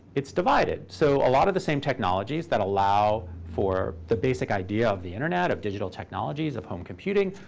it's divided. so a lot of the same technologies that allow for the basic idea of the internet, of digital technologies, of home computing,